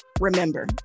remember